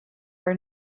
are